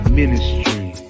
ministry